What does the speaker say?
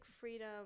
freedom